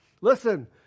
Listen